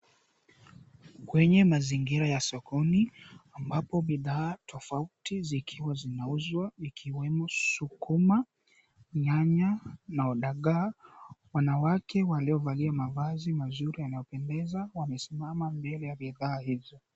Kwenye mazingira ya sokoni ambapo bidhaa tofauti zikiwa zinauzwa ikiwemo sikuma, nyanya na dagaa. Wanawake waliovalia mavazi mazuri yanayopendeza wamesimama mbele ya bidhaa hizo.